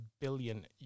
billion